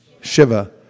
Shiva